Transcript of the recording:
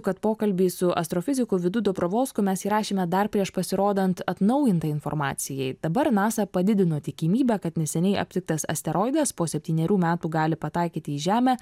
kad pokalbį su astrofiziku vidu dobrovolsku mes įrašėme dar prieš pasirodant atnaujintai informacijai dabar nasa padidino tikimybę kad neseniai aptiktas asteroidas po septynerių metų gali pataikyti į žemę